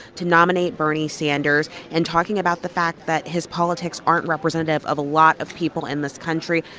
to nominate bernie sanders and talking about the fact that his politics aren't representative of a lot of people in this country.